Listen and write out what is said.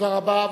תודה רבה.